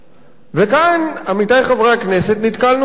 וכאן, עמיתי חברי הכנסת, נתקלנו בבעיה.